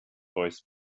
voice